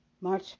March